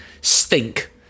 stink